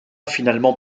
finalement